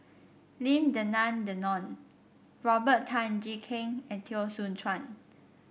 Lim Denan Denon Robert Tan Jee Keng and Teo Soon Chuan